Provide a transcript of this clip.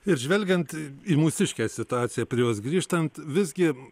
ir žvelgiant į mūsiškę situaciją prie jos grįžtant visgi